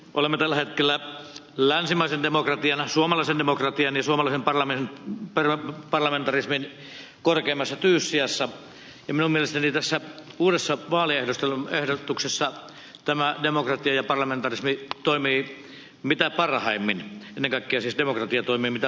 olemme tällä hetkellä länsimaisen demokratian suomalaisen demokratian ja suomalaisen parlamentarismin korkeimmassa tyyssijassa ja minun mielestäni tässä uudessa vaalijärjestelmäehdotuksessa demokratia ja parlamentarismi toimivat mitä parhaimmin ennen kaikkea siis demokratia toimii mitä parhaimmin